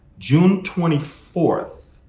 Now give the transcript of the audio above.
june twenty fourth.